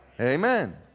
Amen